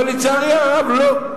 אבל לצערי הרב לא.